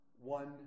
one